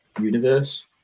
universe